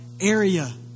area